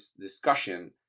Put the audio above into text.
discussion